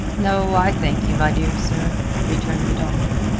no, i thank you, my dear sir, returned the doctor.